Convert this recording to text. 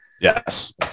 Yes